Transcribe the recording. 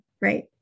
right